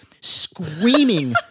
screaming